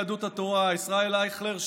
יהדות התורה: ישראל אייכלר,